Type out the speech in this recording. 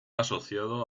asociado